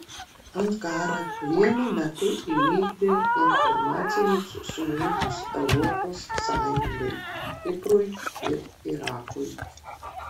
ankara vienu metu įvykdė informacinius smūgius europos sąjungai kiprui ir irakui